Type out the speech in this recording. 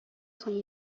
соң